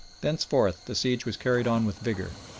thenceforth the siege was carried on with vigour.